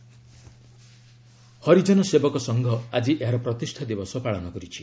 ହରିଜନ ସେବକ ସଂଘ ହରିଜନ ସେବକ ସଂଘ ଆଜି ଏହାର ପ୍ରତିଷ୍ଠା ଦିବସ ପାଳନ କରିଛି